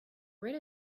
rid